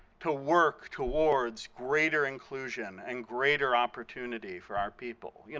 to work towards greater inclusion and greater opportunity for our people. you